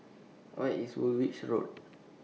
Where IS Woolwich Road